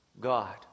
God